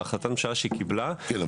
בהחלטת הממשלה שהיא קיבלה -- כן,